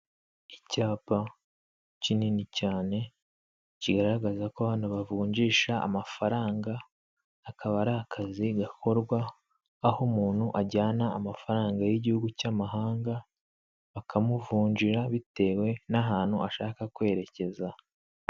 Icyapa kinini cyane kigaragaza ko abana bavunjisha amafaranga akaba ari akazi gakorwa aho umuntu ajyana amafaranga y'igihugu cy'amahanga bakamuvunjira bitewe n'ahantu ashaka kwerekeza.